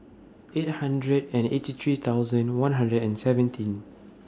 eight hundred and eighty three thousand one hundred and seventeen